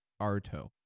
Arto